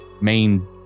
main